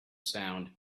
sound